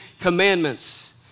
commandments